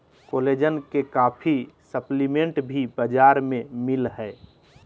collagen के काफी supplement भी बाजार में मिल हइ